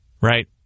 Right